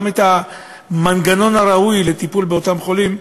את המנגנון הראוי לטיפול באותם חולים,